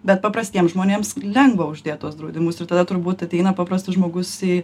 bet paprastiems žmonėms lengva uždėti tuos draudimus ir tada turbūt ateina paprastas žmogus į